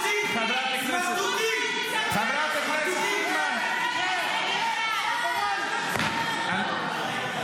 חברת הכנסת פרידמן, את שמה לב?